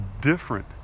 different